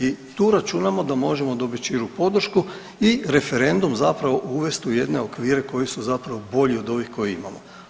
I tu računamo da možemo dobit širu podršku i referendum zapravo uvest u jedne okvire koji su zapravo bolji od ovih koje imamo.